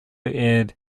aired